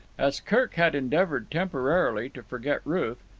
as kirk had endeavoured temporarily to forget ruth,